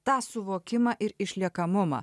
tą suvokimą ir išliekamumą